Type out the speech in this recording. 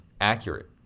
Accurate